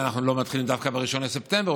ואנחנו לא מתחילים דווקא ב-1 בספטמבר,